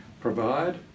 provide